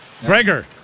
Gregor